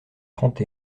trente